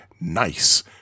Nice